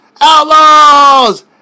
Outlaws